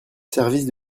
service